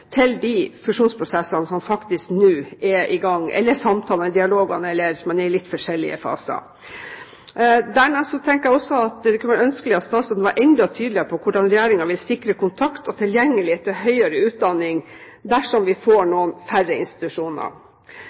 til de fusjonsprosessene som faktisk er i gang, eller til samtalene eller dialogene – man er i litt forskjellige faser. Dernest tenker jeg også at det kunne være ønskelig at statsråden var enda tydeligere på hvordan Regjeringen vil sikre kontakt med og tilgjengelighet til høyere utdanning dersom vi får noen færre institusjoner.